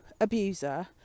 abuser